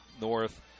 north